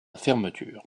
fermeture